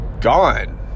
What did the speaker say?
gone